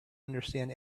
understand